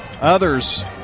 others